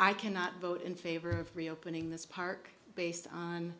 i cannot vote in favor of reopening this park based on